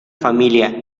familia